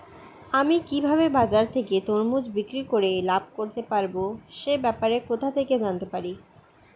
আমি কিভাবে বাজার থেকে তরমুজ বিক্রি করে লাভ করতে পারব সে ব্যাপারে কোথা থেকে জানতে পারি?